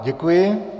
Děkuji.